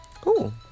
Cool